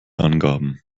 angaben